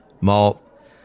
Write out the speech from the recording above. malt